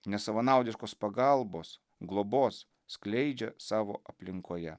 nesavanaudiškos pagalbos globos skleidžia savo aplinkoje